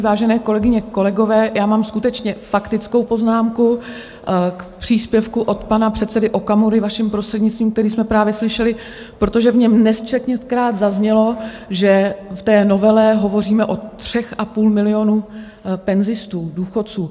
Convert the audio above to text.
Vážené kolegyně, kolegové, já mám skutečně faktickou poznámku k příspěvku od pana předsedy Okamury, vaším prostřednictvím, který jsme právě slyšeli, protože v něm nesčetněkrát zaznělo, že v té novele mluvíme o 3,5 milionu penzistů, důchodců.